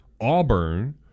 Auburn